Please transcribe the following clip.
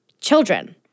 children